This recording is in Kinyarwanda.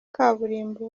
kaburimbo